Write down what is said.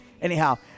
anyhow